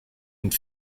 and